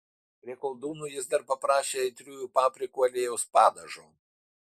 prie koldūnų jis dar paprašė aitriųjų paprikų aliejaus padažo